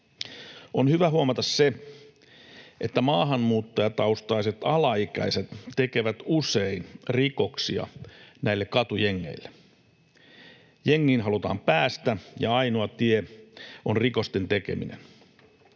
On hyvä huomata, että maahanmuuttajataustaiset alaikäiset tekevät usein rikoksia näille katujengeille. Jengiin halutaan päästä, ja ainoa tie on rikosten tekeminen.